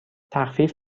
تخفیف